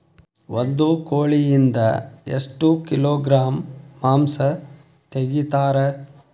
ಒಂದು ಕೋಳಿಯಿಂದ ಎಷ್ಟು ಕಿಲೋಗ್ರಾಂ ಮಾಂಸ ತೆಗಿತಾರ?